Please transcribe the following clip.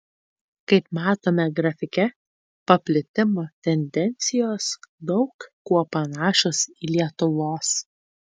kaip matome grafike paplitimo tendencijos daug kuo panašios į lietuvos